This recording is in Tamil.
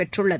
பெற்றுள்ளது